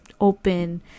open